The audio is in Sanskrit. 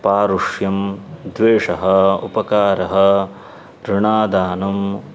पारुष्यं द्वेषः उपकारः ऋणादानम्